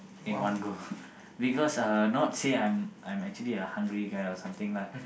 in one go because not say I'm actually a hungry guy or something lah